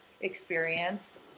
experience